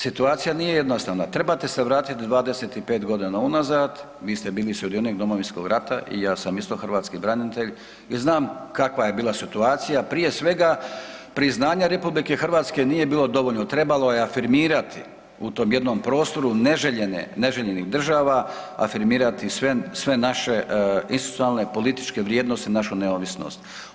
Situacija nije jednostavna, trebate se vratiti 25 godina unazad, vi ste bili sudionik Domovinskog rata i ja sam isto hrvatski branitelji i znam kakva je bila situacija, prije svega priznanje RH nije bilo dovoljno, trebalo je afirmirati u tom jednom prostoru neželjenih država, afirmirati sve institucionalne političke vrijednosti i našu neovisnost.